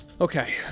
Okay